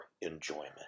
enjoyment